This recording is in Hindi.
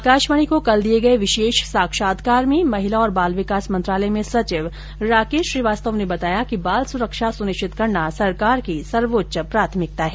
आकाशवाणी को कल दिए विशेष साक्षात्कार में महिला और बाल विकास मंत्रालय में सचिव राकेश श्रीवास्तव ने बताया कि बाल सुरक्षा सुनिश्चित करना सरकार की सर्वोच्च प्राथमिकता है